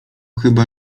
chyba